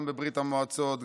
גם בברית המועצות,